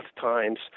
times